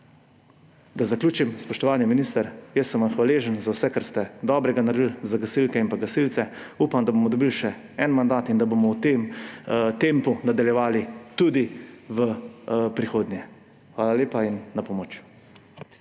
Da zaključim. Spoštovani minister, jaz sem vam hvaležen za vse, kar ste dobrega naredili za gasilke in gasilce. Upam, da bomo dobili še en mandat in da bomo v tem tempu nadaljevali tudi v prihodnje. Hvala lepa. Na pomoč!